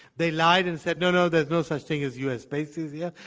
they lied and said, no, no, there's no such thing as u. s. bases yeah